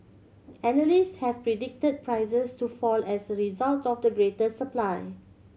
analysts have predicted prices to fall as a result of the greater supply